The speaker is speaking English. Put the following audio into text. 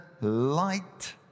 light